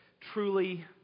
Truly